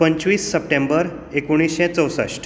पंचवीस सप्टेंबर एकुणशे चौसश्ट